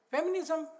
Feminism